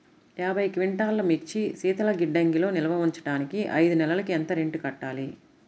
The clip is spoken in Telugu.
యాభై క్వింటాల్లు మిర్చి శీతల గిడ్డంగిలో నిల్వ ఉంచటానికి ఐదు నెలలకి ఎంత రెంట్ కట్టాలి?